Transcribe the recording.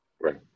Right